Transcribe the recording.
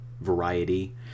variety